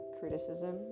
criticism